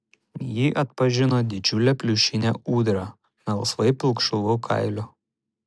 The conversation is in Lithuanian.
ji atpažino didžiulę pliušinę ūdrą melsvai pilkšvu kailiu